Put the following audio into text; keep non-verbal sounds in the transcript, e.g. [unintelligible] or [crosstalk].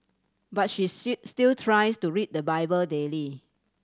but she [unintelligible] still tries to read the Bible daily